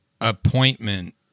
appointment